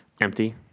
Empty